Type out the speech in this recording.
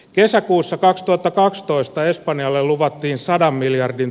kesäkuussa kaksituhattakaksitoista espanjalle luvattiin sadan miljardin